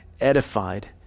edified